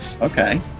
okay